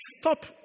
Stop